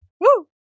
Woo